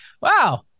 Wow